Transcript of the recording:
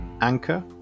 Anchor